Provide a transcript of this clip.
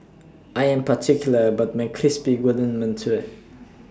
I Am particular about My Crispy Golden mantou